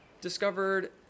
discovered